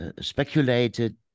speculated